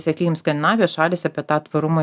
sakykim skandinavijos šalys apie tą tvarumą